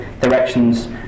directions